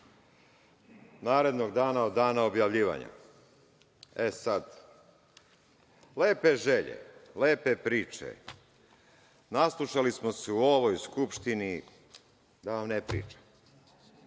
narednog dana od dana objavljivanja.E, sada lepe želje, lepe priče, naslušali smo se u ovoj Skupštini, da vam ne pričam,